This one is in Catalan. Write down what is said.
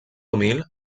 humil